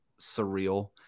surreal